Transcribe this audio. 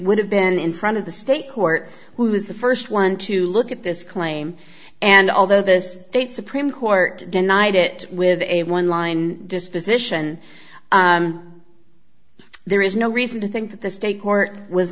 would have been in front of the state court who was the first one to look at this claim and although this state supreme court denied it with a one line disposition so there is no reason to think that the state court was